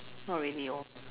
not really hor